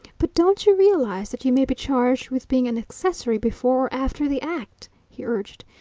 but don't you realise that you may be charged with being an accessory before or after the act? he urged.